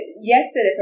yesterday